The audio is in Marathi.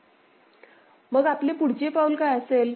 मग आपले पुढचे पाऊल काय असेल